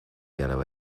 yellow